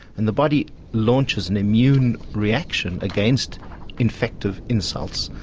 and the body launches an immune reaction against infective insults,